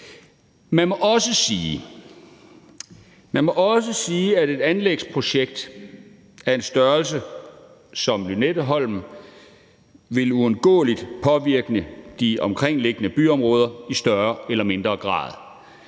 Man må også sige, at et anlægsprojekt af en størrelse som Lynetteholm uundgåeligt vil påvirke de omkringliggende byområder i større eller mindre grad